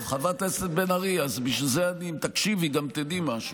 טוב, חברת הכנסת בן ארי, אם תקשיבי, גם תדעי משהו.